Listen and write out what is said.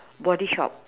body shop